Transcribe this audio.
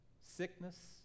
sickness